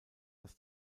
dass